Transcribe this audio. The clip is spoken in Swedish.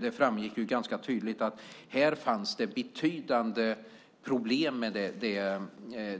Det framgick ganska tydligt att det fanns betydande problem med det